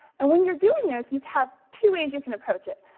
and when you're doing this you have two ways you can approach it.